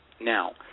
Now